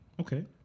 Okay